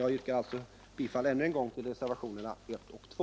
Jag vidhåller mitt yrkande om bifall till reservationerna 1 och 2.